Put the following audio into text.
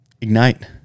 Ignite